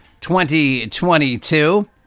2022